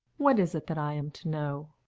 what is it that i am to know?